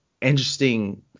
interesting